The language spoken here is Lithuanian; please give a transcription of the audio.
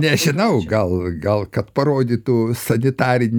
nežinau gal gal kad parodytų sanitarinį